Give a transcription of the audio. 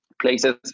places